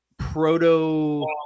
proto